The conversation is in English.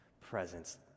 presence